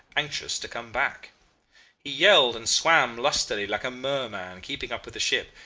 anxious to come back. he yelled and swam lustily like a merman, keeping up with the ship.